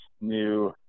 new